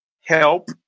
help